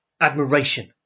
admiration